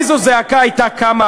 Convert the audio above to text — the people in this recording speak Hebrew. איזו זעקה הייתה קמה,